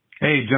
hey